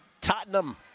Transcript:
Tottenham